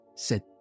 said